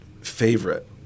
favorite